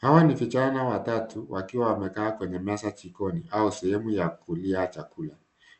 Hawa ni vijana watatu wakiwa wamekaa kwenye meza jikoni au sehemu ya kulia chakula.